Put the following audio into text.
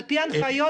על פי ההנחיות,